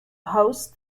host